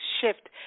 shift